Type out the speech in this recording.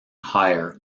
higher